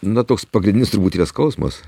na toks pagrindinis turbūt yra skausmas